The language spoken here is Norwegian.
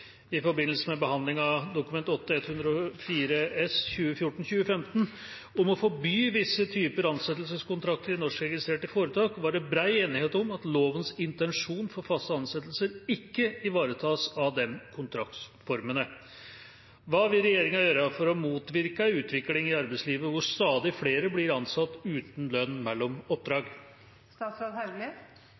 i forbindelse med behandlingen av Dokument 8:104 S om å forby visse typer ansettelseskontrakter i norskregistrerte foretak, var det bred enighet om at lovens intensjon for faste ansettelser ikke ivaretas av disse kontraktsformene. Hva vil regjeringen gjøre for å motvirke en utvikling i arbeidslivet hvor stadig flere blir ansatt uten lønn mellom